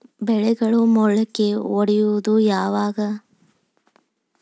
ಬೆಳೆಗಳು ಮೊಳಕೆ ಒಡಿಯೋದ್ ಯಾವಾಗ್?